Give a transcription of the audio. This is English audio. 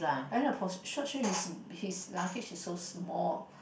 I know for short trip his his luggage is so small